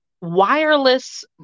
wireless